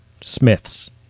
Smiths